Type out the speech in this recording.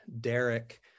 Derek